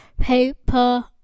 paper